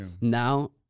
now